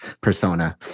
persona